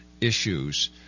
issues